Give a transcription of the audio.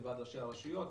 מוועד ראשי הרשויות.